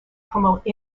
promote